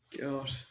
God